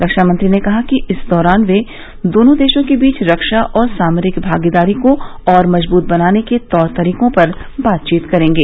रक्षामंत्री ने कहा कि इस दौरान वे दोनों देशों के बीच रक्षा और सामरिक भागीदारी को और मजबूत बनाने के तौर तरीकों पर बातचीत करेंगे